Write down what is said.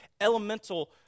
elemental